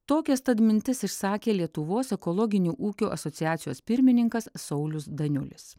tokias pat mintis išsakė lietuvos ekologinių ūkių asociacijos pirmininkas saulius daniulis